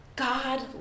God